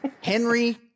Henry